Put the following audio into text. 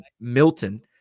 Milton